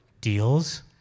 deals